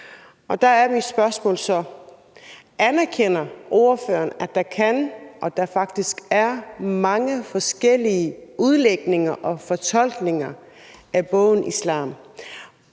Der er mit spørgsmål så: Anerkender ordføreren, at der kan være og at der faktisk er mange forskellige udlægninger og fortolkninger af islam?